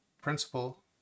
principle